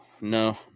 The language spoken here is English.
No